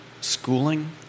schooling